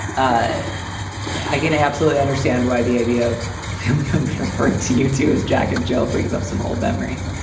i i can absolutely understand why the idea of family members refer to you to as jack and jill brings up some old memories.